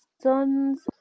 sons